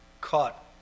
caught